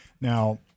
Now